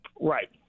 right